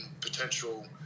potential